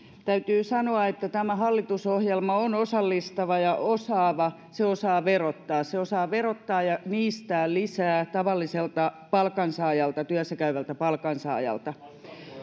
täytyy sanoa että tämä hallitusohjelma on osallistava ja osaava se osaa verottaa se osaa verottaa ja niistää lisää tavalliselta palkansaajalta työssäkäyvältä palkansaajalta